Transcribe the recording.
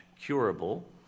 curable